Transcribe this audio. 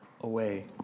away